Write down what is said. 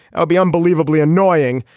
i'll be unbelievably annoying.